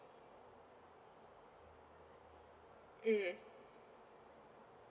mm